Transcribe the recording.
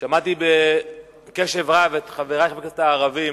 שמעתי בקשב רב את חברי חברי הכנסת הערבים.